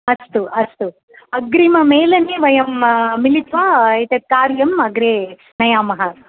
अस्तु अस्तु अग्रिममेलने वयं मिलित्वा एतत् कार्यम् अग्रे नयामः